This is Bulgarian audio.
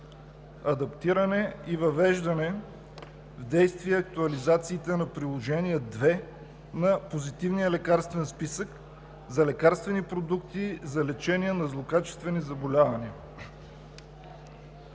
адаптиране и въвеждане в действие актуализациите на Приложение № 2 на Позитивния лекарствен списък за лекарствени продукти за лечение на злокачествени заболявания.